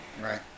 Right